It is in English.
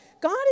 God